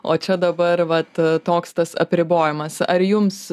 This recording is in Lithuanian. o čia dabar vat toks tas apribojimas ar jums